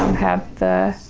have the